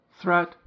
threat